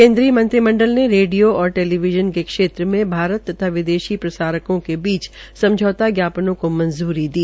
केन्द्रीय मंत्रिमंडल ने रेडियो और टेलीविज़न के क्षेत्र में भारत तथा विदेशी प्रसारकों के बीच समझौता ज्ञापनों को मंजूरी दी